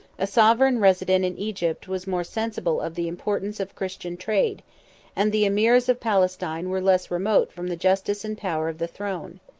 a sovereign resident in egypt was more sensible of the importance of christian trade and the emirs of palestine were less remote from the justice and power of the throne.